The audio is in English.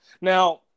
Now –